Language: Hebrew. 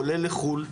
כולל לחו"ל.